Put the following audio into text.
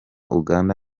uganda